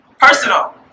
Personal